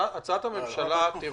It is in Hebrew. הצעת הממשלה היא